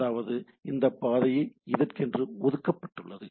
அதாவது இந்தப் பாதை இதற்கென்று ஒதுக்கப்பட்டுள்ளது